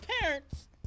parents